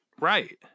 Right